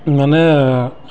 মানে